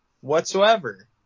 Whatsoever